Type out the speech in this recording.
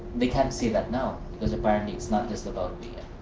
they can't say that now because apparently it's not just about.